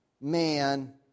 man